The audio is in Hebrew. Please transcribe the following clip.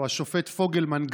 או השופט פוגלמן,